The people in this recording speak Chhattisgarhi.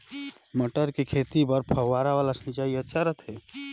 मटर के खेती बर फव्वारा वाला सिंचाई अच्छा रथे?